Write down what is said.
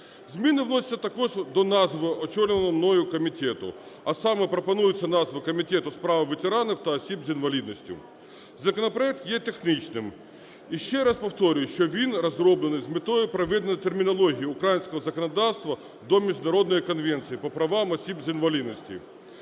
Зміни вносяться також до назви очолюваного мною комітету, а саме пропонується назва – Комітет у справах ветеранів та осіб з інвалідністю. Законопроект є технічним. Іще раз повторюю, що він розроблений з метою приведення термінології українського законодавства до міжнародної Конвенції про права осіб з інвалідністю.